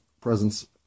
presence